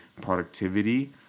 productivity